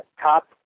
Top